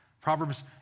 Proverbs